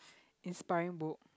inspiring book